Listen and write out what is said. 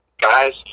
guys